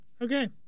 Okay